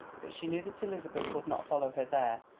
but she knew that elizabeth would not follow her there,